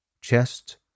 chest